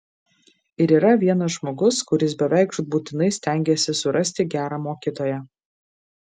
ir yra vienas žmogus kuris beveik žūtbūtinai stengiasi surasti gerą mokytoją